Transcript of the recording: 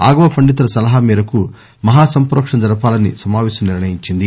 ఆగమ పండితుల సలహా మేరకు మహాసంప్రో క్షణ జరపాలని సమావేశం నిర్లయించింది